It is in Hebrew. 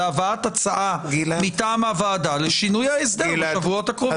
להבאת הצעה מטעם הוועדה לשינוי ההסדר בשבועות הקרובים.